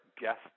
guest